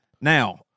Now